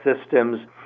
systems